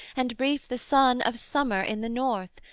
and brief the sun of summer in the north,